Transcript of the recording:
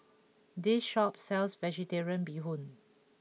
this shop sells Vegetarian Bee Hoon